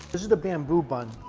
this is the bamboo bun